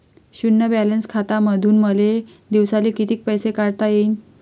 शुन्य बॅलन्स खात्यामंधून मले दिवसाले कितीक पैसे काढता येईन?